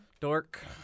Dork